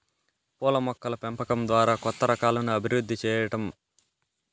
పూల మొక్కల పెంపకం ద్వారా కొత్త రకాలను అభివృద్ది సెయ్యటం పూల పెంపకందారుల ప్రధాన వృత్తి